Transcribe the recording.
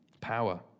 Power